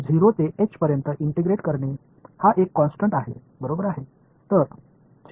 0 ते एच पर्यंत इंटिग्रेट करणे हा एक कॉन्स्टन्ट आहे बरोबर आहे